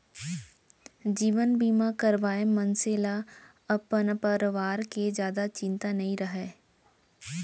जीवन बीमा करवाए मनसे ल अपन परवार के जादा चिंता नइ रहय